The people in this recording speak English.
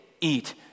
eat